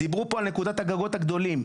דיברו פה על נקודת הגגות הגדולים.